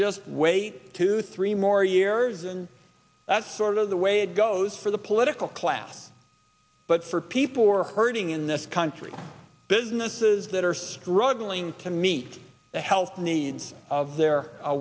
just wait two three more years and that's sort of the way it goes for the political class but for people who are hurting in this country businesses that are struggling to meet the health needs of their